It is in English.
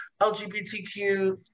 LGBTQ